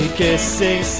kissing